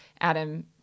Adam